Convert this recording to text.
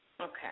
Okay